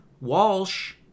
Walsh